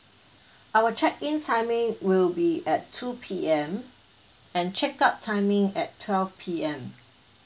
our check in timing will be at two P_M and check out timing at twelve P_M